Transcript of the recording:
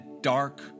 dark